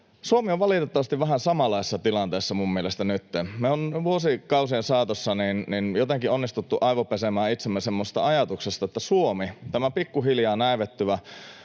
Suomi on nytten valitettavasti vähän samanlaisessa tilanteessa minun mielestäni. Me ollaan vuosikausien saatossa jotenkin onnistuttu aivopesemään itsemme semmoiseen ajatukseen, että Suomi, tämä pikkuhiljaa näivettyvä